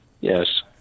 Yes